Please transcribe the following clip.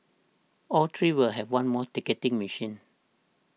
all three will have one more ticketing machine